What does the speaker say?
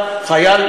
חלק משטרה,